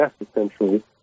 essentially